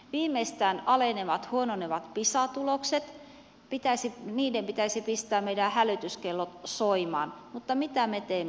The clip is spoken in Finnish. viimeistään alenevien huononevien pisa tulosten pitäisi pistää meidän hälytyskellot soimaan mutta mitä me teemme